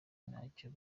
ntacyo